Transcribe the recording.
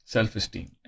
Self-esteem